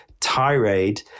tirade